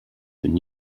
been